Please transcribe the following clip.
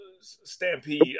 stampede